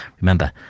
Remember